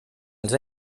els